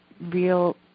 real